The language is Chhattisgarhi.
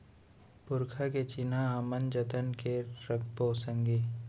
पुरखा के चिन्हा हमन जतन के रखबो संगी